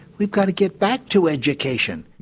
we've got to get back to education.